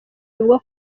bivugwa